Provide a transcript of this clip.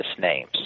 names